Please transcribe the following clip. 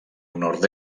nord